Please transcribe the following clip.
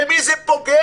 במי זה פוגע?